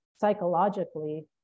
psychologically